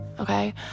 okay